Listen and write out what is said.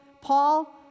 Paul